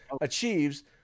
achieves